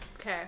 Okay